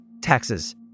taxes